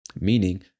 Meaning